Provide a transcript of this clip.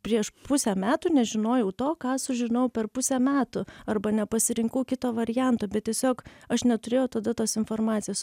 prieš pusę metų nežinojau to ką sužinojau per pusę metų arba nepasirinkau kito varianto bet tiesiog aš neturėjau tada tos informacijos